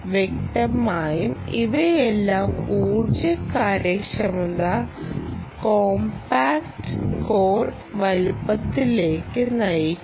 വ്യക്തമായും ഇവയെല്ലാം ഊർജ്ജ കാര്യക്ഷമത കോംപാക്റ്റ് കോഡ് വലുപ്പത്തിലേക്ക് നയിക്കും